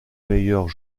meilleures